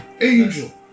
Angel